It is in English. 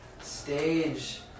stage